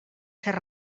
ser